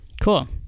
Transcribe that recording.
cool